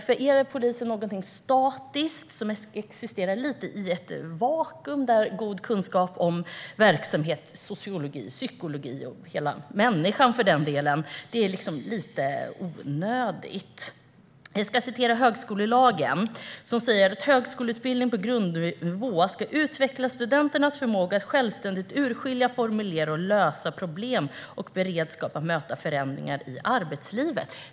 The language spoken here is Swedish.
För dem är polisen något statiskt som existerar i ett vakuum, där god kunskap om verksamhet, sociologi, psykologi och för den delen hela människan verkar vara lite onödigt. I högskolelagen står det att en högskoleutbildning på grundnivå ska utveckla studenternas förmåga att självständigt urskilja, formulera och lösa problem och ge beredskap att möta förändringar i arbetslivet.